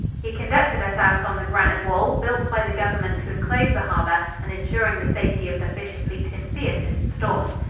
he conducted us out on the granite wall, built by the government to enclose the harbor and insuring the safety of the fisher-fleet in fiercest storms.